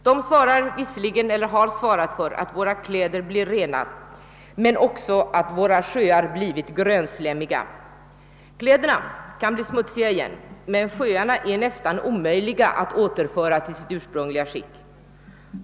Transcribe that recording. De har visserligen svarat för att våra kläder blir rena men också för att våra sjöar blir grönslemmiga. Kläderna kan bli smutsiga igen, men sjöarna är nästan omöjliga att återföra till deras ursprungliga skick.